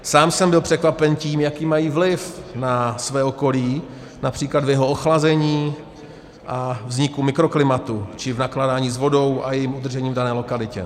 Sám jsem byl překvapen tím, jaký mají vliv na své okolí, například v jeho ochlazení a vzniku mikroklimatu či v nakládání s vodou a jejím udržením v dané lokalitě.